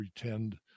pretend